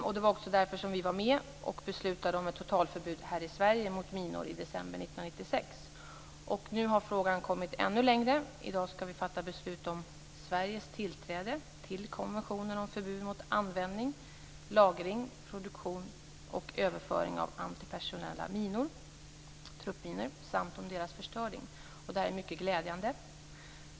Det var också därför vi var med och beslutade om ett totalförbud mot minor i Sverige i december 1996. Nu har frågat kommit längre. I dag skall vi fatta beslut om Sveriges tillträde till konventionen om förbud mot användning, lagring, produktion och överföring av antipersonella minor - truppminor - samt om deras förstöring. Det är mycket glädjande.